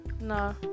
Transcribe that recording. No